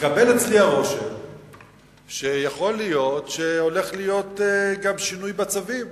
התקבל אצלי הרושם שיכול להיות שהולך להיות גם שינוי בצווים.